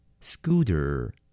Scooter